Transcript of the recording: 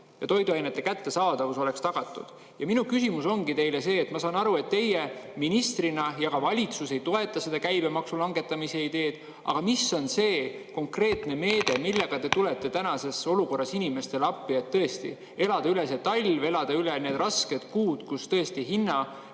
et toiduainete kättesaadavus oleks tagatud. Minu küsimus ongi teile see. Ma saan aru, et teie ministrina ja ka valitsus ei toeta käibemaksu langetamise ideed. Aga mis on see konkreetne meede, millega te tulete tänases olukorras inimestele appi, et tõesti elada üle see talv, elada üle need rasked kuud, kus hinnad